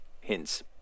hints